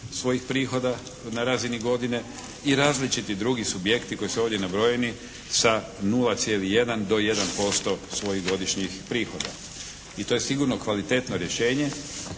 svojih prihoda na razini godine i različiti drugi subjekti koji su ovdje nabrojeni sa 0,1 do 1% svojih godišnjih prihoda i to je sigurno kvalitetno rješenje.